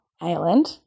Island